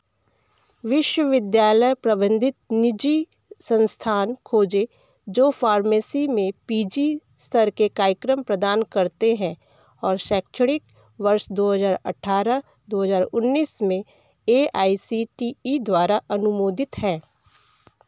विश्वविद्यालय प्रबंधित निजी संस्थान खोजें जो फ़ार्मेसी में पी जी स्तर के कार्यक्रम प्रदान करते हैं और शैक्षणिक वर्ष दो हज़ार अठारह दो हज़ार उन्नीस में A I C T E द्वारा अनुमोदित हैं